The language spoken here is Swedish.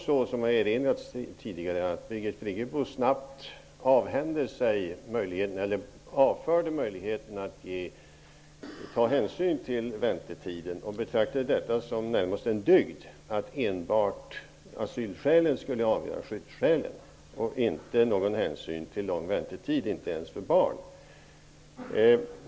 Som har erinrats tidigare avförde Birgit Friggebo snabbt möjligheten att ta hänsyn till väntetiden och betraktar det närmast som en dygd att enbart asylskälen skulle avgöra skyddsbehovet, inte väntetiden, inte ens för barn.